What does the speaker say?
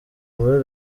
muri